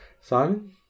Simon